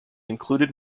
included